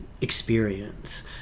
experience